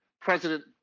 president